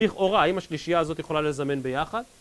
לכאורה, האם השלישייה הזאת יכולה לזמר ביחד?